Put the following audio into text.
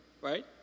right